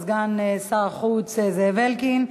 לסגן שר החוץ זאב אלקין.